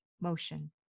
motion